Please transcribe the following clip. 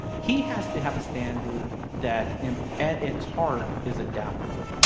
he has to have a standard that, um at its heart, is adaptable.